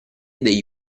degli